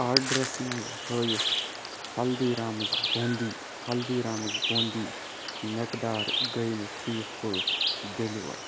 آرڈرَس منٛز ہٲیِتھ ہلدی رامٕز بونٛدی ہلدی رامٕز بونٛدی مٮ۪قدار گٔیہِ نہٕ ٹھیٖک پٲٹھۍ ڈیلیور